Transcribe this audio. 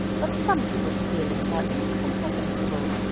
but some people's feelings are incomprehensible.